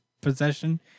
possession